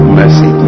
mercy